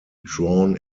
drawn